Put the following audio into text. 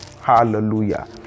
Hallelujah